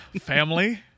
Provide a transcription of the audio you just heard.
Family